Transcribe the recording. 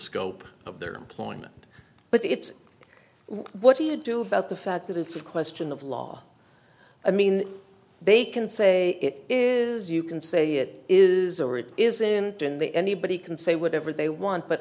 scope of their employment but it's what do you do about the fact that it's a question of law i mean they can say it is you can say it is or it isn't in the anybody can say whatever they want but